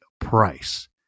price